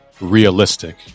realistic